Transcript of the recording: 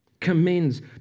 commends